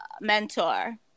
mentor